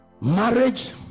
marriage